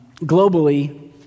globally